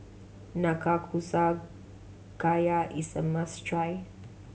Nanakusa Gayu is a must try